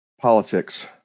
politics